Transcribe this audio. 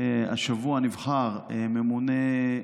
השבוע נבחר ממונה,